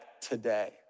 today